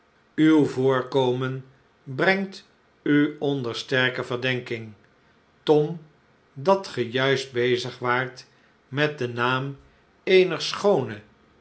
uw voorkomen brengt u onder sterke verdenking tom dat ge juist bezig waart met den naam eener schoone